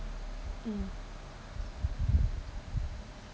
mm